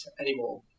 Anymore